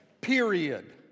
Period